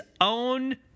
own